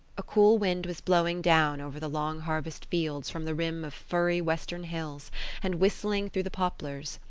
a cool wind was blowing down over the long harvest fields from the rims of firry western hills and whistling through the poplars.